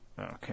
Okay